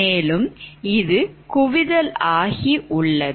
மேலும் இது குவிதல் ஆகி உள்ளது